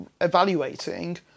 evaluating